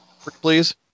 please